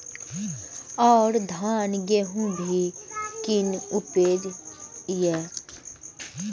और धान गेहूँ भी निक उपजे ईय?